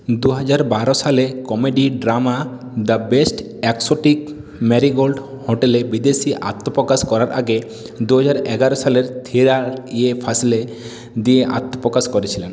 দু হাজার বারো সালে comedy drama the best exotic marigold হোটেলে বিদেশী আত্মপ্রকাশ করার আগে দু হাজার এগারো সালের থ্রিলার ইয়ে ফাসলে দিয়ে আত্মপ্রকাশ করেছিলেন